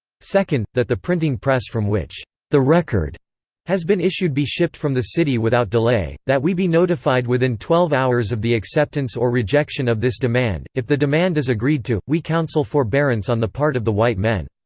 second, that the printing press from which the record has been issued be shipped from the city without delay that we be notified within twelve hours of the acceptance or rejection of this demand if the demand is agreed to, we counsel forbearance on the part of the white men.